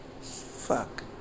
fuck